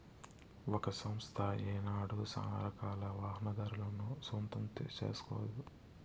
ఒక సంస్థ ఏనాడు సానారకాల వాహనాదారులను సొంతం సేస్కోదు